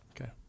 Okay